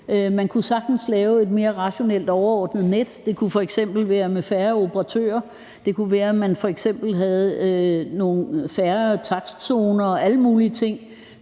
Man kunne sagtens lave et mere rationelt og overordnet net. Det kunne f.eks. være med færre operatører. Det kunne være, at man f.eks. havde nogle færre takstzoner og alle mulige ting,